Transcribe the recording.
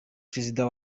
perezida